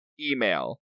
email